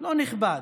לא נכבד: